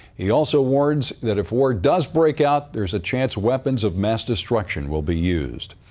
he also warns that if war does break out, there's a chance weapons of mass destruction will be used.